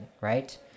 right